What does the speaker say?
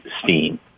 steam